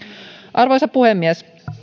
arvoisa puhemies